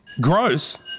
Gross